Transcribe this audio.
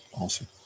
Awesome